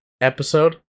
episode